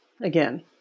again